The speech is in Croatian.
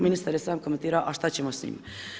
Ministar je sam komentira a šta ćemo s njima?